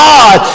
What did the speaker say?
God